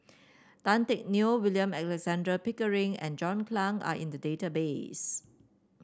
Tan Teck Neo William Alexander Pickering and John Clang are in the database